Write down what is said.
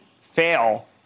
fail